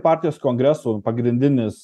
partijos kongreso pagrindinis